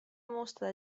mostra